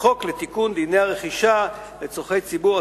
וחוק לתיקון דיני הרכישה לצורכי ציבור,